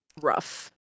rough